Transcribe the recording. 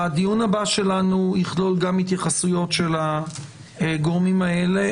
הדיון הבא שלנו יכלול גם התייחסויות של הגורמים האלה,